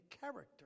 character